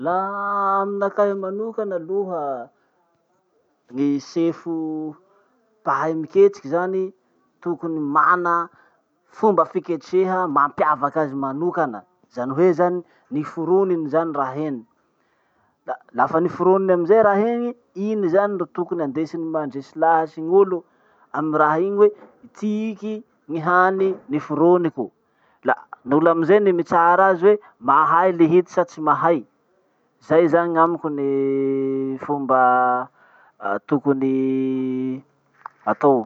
Laha aminakahy manokana aloha gny sefo mpahay miketriky zany tokony mana fomba fiketreha mampiavaky azy manokana. Zany hoe zany, niforoniny zany raha iny. Lafa niforoniny amizay raha iny, iny zany ro tokony indesiny mandresy lahatry gn'olo amy raha iny hoe, itiky gny hany niforoniko. La ny olo amizay ny mitsara azy hoe mahay lihity sa tsy mahay. Zay zany gn'amiko ny fomba tokony atao.